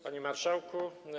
Panie Marszałku!